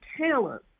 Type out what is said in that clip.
talent